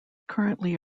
currently